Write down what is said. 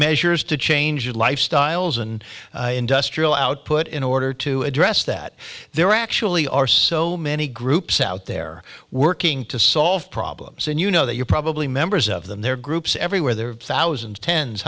measures to change lifestyles and industrial output in order to address that there actually are so many groups out there working to solve problems and you know that you're probably members of them there are groups everywhere there are thousands tens